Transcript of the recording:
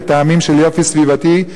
מטעמים של יופי סביבתי,